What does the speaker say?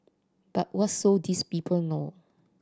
but what so these people know